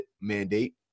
mandate